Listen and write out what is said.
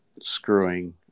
screwing